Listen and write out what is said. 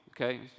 okay